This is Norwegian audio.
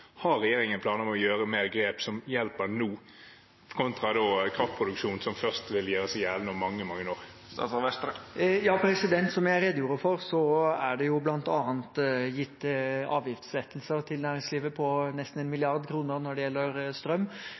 hjelper nå, kontra kraftproduksjon som først vil gjøre seg gjeldende om mange, mange år? Som jeg redegjorde for, er det bl.a. gitt avgiftslettelser til næringslivet på nesten 1 mrd. kr når det gjelder strøm.